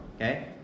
okay